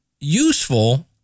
useful